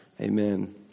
Amen